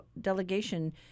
delegation